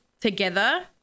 together